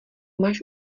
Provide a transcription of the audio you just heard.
máš